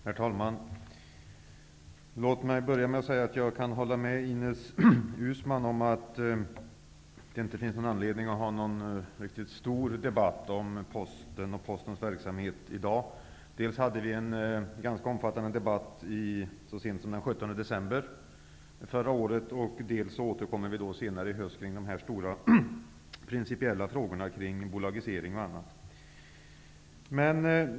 Herr talman! Jag kan hålla med Ines Uusmann om att det inte finns någon anledning att ha en riktigt stor debatt om Posten och Postens verksamhet i dag. Dels hade vi en ganska omfattande debatt så sent som den 17 december förra året, dels återkommer vi senare i höst med de stora principiella frågorna kring bolagisering och annat.